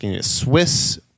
swiss